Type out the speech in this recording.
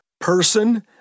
person